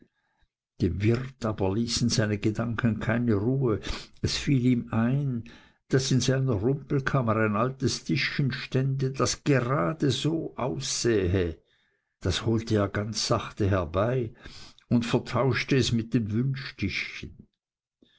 dem wirte aber ließen seine gedanken keine ruhe es fiel ihm ein daß in seiner rumpelkammer ein altes tischchen stände das gerade so aussähe das holte er ganz sachte herbei und vertauschte es mit dem